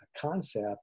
concept